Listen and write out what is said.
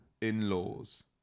in-laws